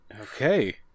Okay